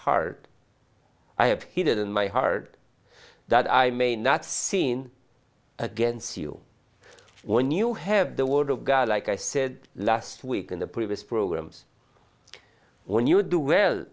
heart i have hid in my heart that i may not seen against you when you have the word of god like i said last week in the previous programs when you do well